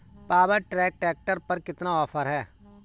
Power track tractor पर कितना offer है?